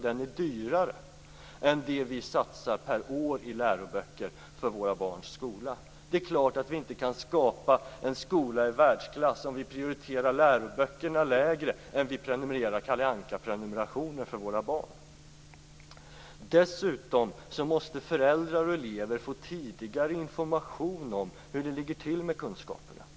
Den är dyrare jämfört med vad vi per år satsar på läroböcker för våra barns skola. Det är klart att vi inte kan skapa en skola i världsklass om vi prioriterar läroböcker lägre än Kalle Anka-prenumerationer till våra barn. Dessutom måste föräldrar och elever tidigare få information om hur det ligger till med kunskaperna.